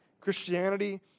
Christianity